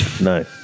no